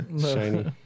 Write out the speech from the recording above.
shiny